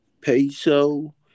peso